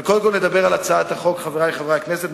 אבל קודם כול נדבר על הצעת החוק, חברי חברי הכנסת.